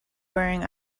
wearing